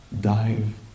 dive